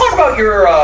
about your, ah,